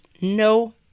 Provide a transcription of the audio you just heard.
No